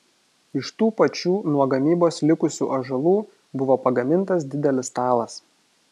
iš tų pačių nuo gamybos likusių ąžuolų buvo pagamintas didelis stalas